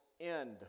end